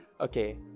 Okay